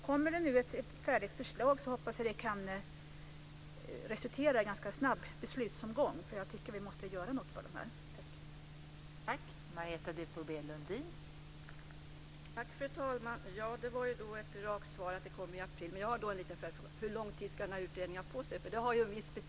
Kommer det nu ett färdigt förslag så hoppas jag att det kan resultera i en ganska snabb beslutsomgång, för jag tycker att vi måste göra något för dessa människor.